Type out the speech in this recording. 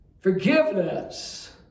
Forgiveness